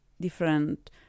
different